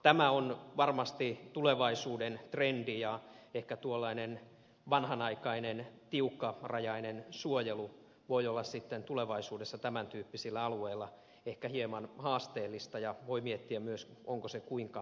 tämä on varmasti tulevaisuuden trendi ja ehkä tuollainen vanhanaikainen tiukkarajainen suojelu voi olla sitten tulevaisuudessa tämän tyyppisillä alueilla ehkä hieman haasteellista ja voi miettiä myös onko se kuinka tarpeellista